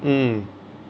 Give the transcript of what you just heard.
mm